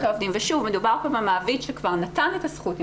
מדובר פה במעביד שכבר נתן את הזכות,